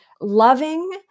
loving